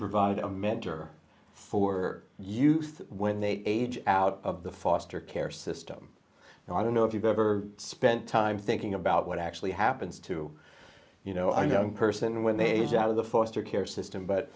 provide a mentor for youth when they age out of the foster care system and i don't know if you've ever spent time thinking about what actually happens to you know i know person when they age out of the foster care system but